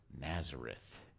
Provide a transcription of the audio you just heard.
Nazareth